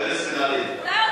אתה זר כאן.